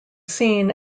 seen